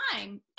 time